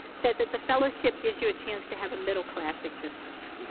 said that the fellowship gives you a chance to have a middle class existence.